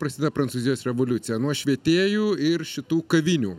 prasideda prancūzijos revoliucija nuo švietėjų ir šitų kavinių